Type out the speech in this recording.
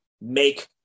make